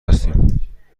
هستیم